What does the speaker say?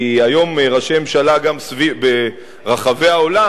כי היום ראשי ממשלה גם ברחבי העולם